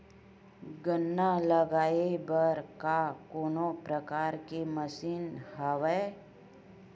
गन्ना लगाये बर का कोनो प्रकार के मशीन हवय?